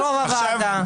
רוב רגיל או רוב בוועדה?